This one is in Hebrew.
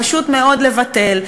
פשוט מאוד לבטל.